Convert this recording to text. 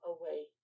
away